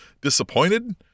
disappointed